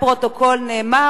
לפרוטוקול נאמר,